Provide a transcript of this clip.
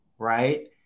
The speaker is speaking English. Right